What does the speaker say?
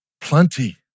Plenty